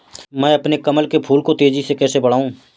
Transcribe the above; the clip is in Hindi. मैं अपने कमल के फूल को तेजी से कैसे बढाऊं?